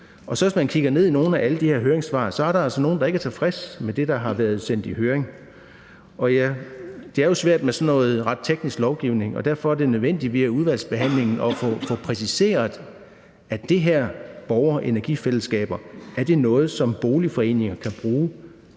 er der altså nogle, der ikke er tilfredse med det, der har været sendt i høring. Det er jo svært med sådan noget ret teknisk lovgivning, og derfor er det nødvendigt via udvalgsbehandlingen at få præciseret, om de her borgerenergifællesskaber er noget, som boligforeninger kan bruge